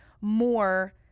more